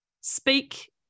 Speak